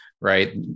right